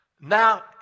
Now